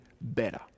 better